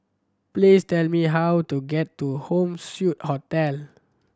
please tell me how to get to Home Suite Hotel